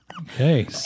Okay